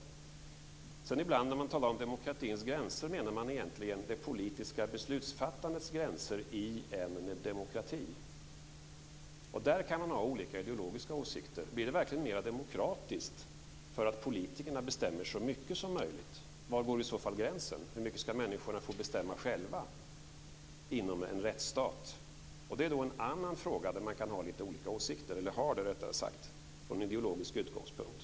När man ibland talar om demokratins gränser menar man egentligen det politiska beslutsfattandets gränser i en demokrati. Där kan man ha olika ideologiska åsikter. Blir det verkligen mer demokratiskt för att politikerna bestämmer så mycket som möjligt? Var går i så fall gränsen? Hur mycket ska människorna få bestämma själva inom en rättsstat? Det är en annan fråga där man har olika åsikter från ideologisk utgångspunkt.